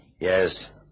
Yes